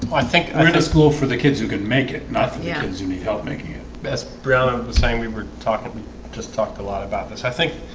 i think i'm gonna school for the kids who can make it nothing else you need help making it best breanna the same we were talking just talked a lot about this i think